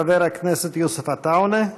חבר הכנסת יוסף עטאונה,